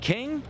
King